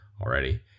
already